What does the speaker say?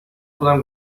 خودم